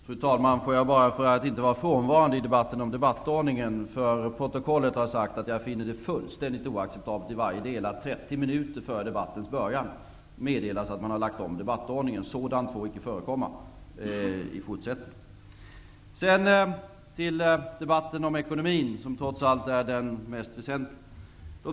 Fru talman! Jag vill bara, för att inte vara frånvarande i debatten om debattordningen, för protokollet ha sagt att jag finner det fullständigt oacceptabelt i varje del att det 30 minuter före debattens början meddelas att man har lagt om debattordningen. Sådant får icke förekomma i fortsättningen. Sedan till debatten om ekonomin, som trots allt är den mest väsentliga.